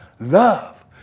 Love